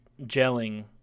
gelling